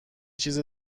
چیز